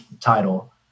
title